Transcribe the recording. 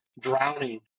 drowning